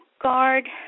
guard